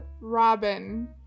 Robin